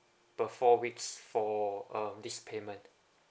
per four weeks for uh this payment